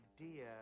idea